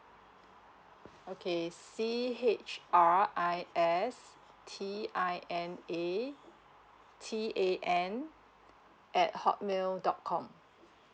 okay C H R I S T I N A T A N at hotmail dot com